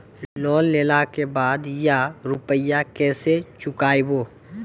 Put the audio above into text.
Loan लेला के बाद या रुपिया केसे चुकायाबो?